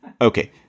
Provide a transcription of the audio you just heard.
Okay